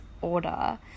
order